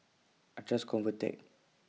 I Trust Convatec